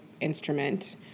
instrument